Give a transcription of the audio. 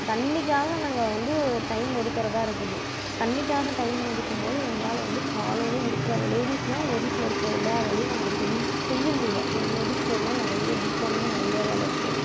தண்ணிக்காக நாங்கள் வந்து டைம் ஒதுக்குறதா இருக்குது தண்ணிக்காக டைம் ஒதுக்கும்போது எங்களால் வந்து காலையில் இருக்கிற லேடீஸுனா லேடீஸில் இருக்கிற எல்லா வேலையும் நாங்கள் செய்ய முடியல லேடீஸுக்கு எல்லாம் நிறைய வீட்டில் இன்னும் நிறையா வேலை இருக்கு